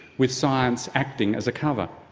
with science acting as a cover.